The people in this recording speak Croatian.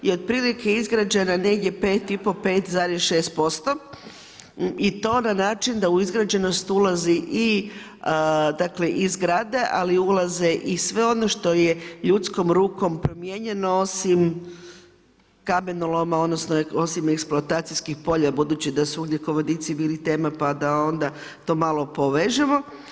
I otprilike izgrađena negdje pet i pol, pet zarez šest posto i to na način da u izgrađenost ulazi i, dakle i zgrade, ali ulaze i sve ono što je ljudskom rukom promijenjeno osim kamenoloma, odnosno osim eksploatacijskih polja budući da su ugljikovodici bili tema, pa da onda to malo povežemo.